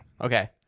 Okay